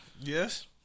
Yes